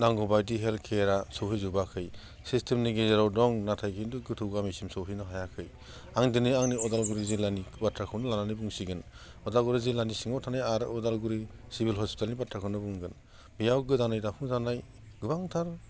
नांगौबायदि हेल्थ केयरा सहैजोबाखै सिस्थेमनि गेजेराव दं नाथाय खिन्थु गोथौ गामिसिम सहैनो हायाखै आं दिनै आंनि उदालगुरि जिल्लानि बाथ्राखौनो लानानै बुंसिगोन उदालगुरि जिल्लानि सिङाव थानाय आरो उदालगुरि सिबिल हस्पिटालनि बाथ्राखौ बुंगोन बेयाव गोदानै दाफुंजानाय गोबांथार